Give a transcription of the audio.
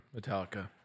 Metallica